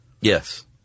Yes